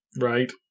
Right